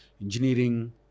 engineering